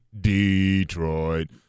Detroit